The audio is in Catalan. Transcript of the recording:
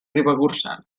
ribagorçana